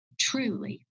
truly